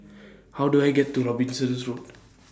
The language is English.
How Do I get to Robinson Road